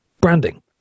branding